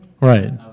Right